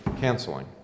Canceling